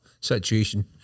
situation